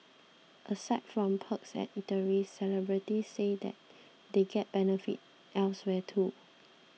aside from perks at eateries celebrities say that they get benefits elsewhere too